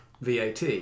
VAT